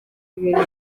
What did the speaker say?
ibintu